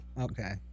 Okay